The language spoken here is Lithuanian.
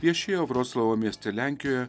viešėjo vroclavo mieste lenkijoje